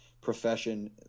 profession